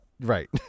right